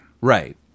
right